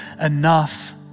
enough